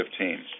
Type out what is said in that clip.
2015